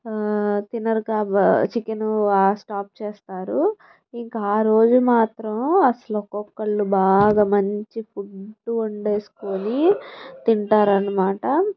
ఆ తినరు కాబట్టి చికెను స్టాప్ చేస్తారు ఇంక ఆరోజు మాత్రం అసలు ఒక్కొక్కరు బాగా మంచి ఫుడ్ వండుకుని తింటారు అన్నమాట